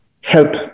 help